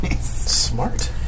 Smart